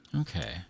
Okay